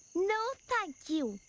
no thank you!